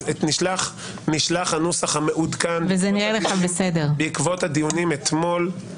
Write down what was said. אז הנוסח המעודכן נשלח בעקבות הדיונים אתמול -- וזה נראה לך בסדר.